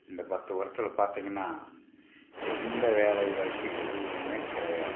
இந்த பத்து வருஷத்தில் பார்த்தீங்கன்னா எந்த வேலை வாய்ப்பு எதுவுமே கிடையாது